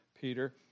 Peter